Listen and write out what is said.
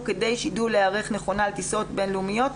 כדי שידעו להיערך נכונה לטיסות בין-לאומיות,